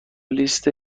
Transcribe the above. لیست